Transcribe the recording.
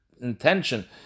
Intention